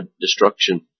destruction